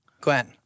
Gwen